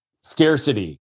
scarcity